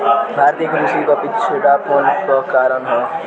भारतीय कृषि क पिछड़ापन क कारण का ह?